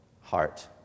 heart